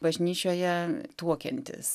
bažnyčioje tuokiantis